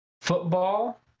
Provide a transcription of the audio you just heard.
football